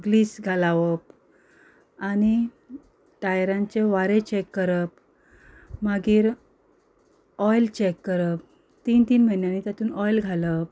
Gliese लावप आनी टायरांच्यो वारें चॅक करप मागीर ऑयल चॅक करप तीन तीन म्हयन्यांनी तातून ऑयल घालप